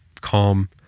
calm